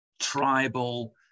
tribal